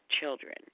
children